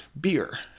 beer